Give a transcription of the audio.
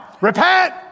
Repent